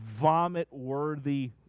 vomit-worthy